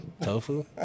tofu